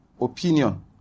opinion